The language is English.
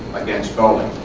against boeing.